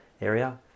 area